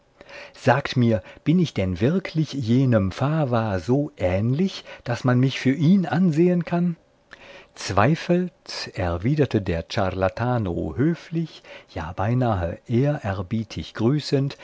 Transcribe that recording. sagt mir bin ich denn wirklich jenem fava so ähnlich daß man mich für ihn ansehen kann zweifelt erwiderte der